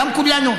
גם כולנו,